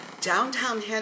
Downtown